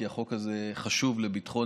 כי החוק הזה חשוב לביטחון